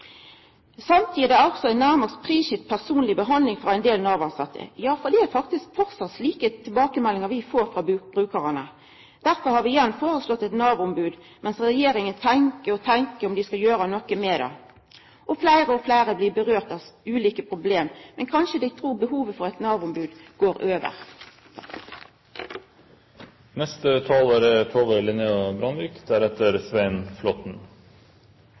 Samtidig er ein også nærmast prisgitt personleg behandling frå ein del Nav-tilsette. Ja, det er faktisk framleis slike tilbakemeldingar vi får frå brukarane. Derfor har vi igjen foreslått eit Nav-ombod, mens regjeringa tenkjer og tenkjer om dei skal gjera noko med det – og fleire og fleire blir berørte av ulike problem. Men kanskje dei trur behovet for eit Nav-ombod går over.